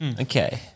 Okay